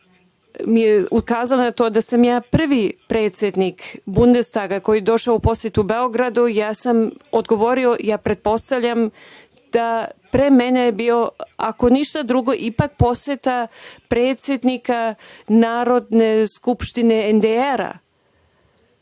na to, odnosno da sam ja prvi predsednik Bundestaga koji je došao u posetu Beogradu, ja sam odgovorio, pretpostavljam da, pre mene je bio, ako ništa drugo, ipak poseta predsednika Narodne skupštine NDR-a.